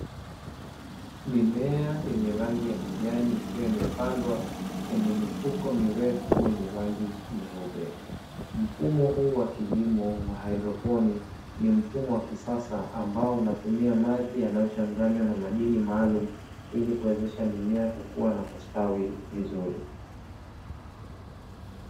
Mimea yenye rangi ya kijani ikiwa imepandwa kwenye mifuko mirefu yenye rangi nyeupe. Mfumo huu wa kilimo wa haidroponi ni mfumo wa kisasa ambao unatumia maji yanaochanganywa na madini maalum ili kuwezesha mimea kukua na kustawi vizuri.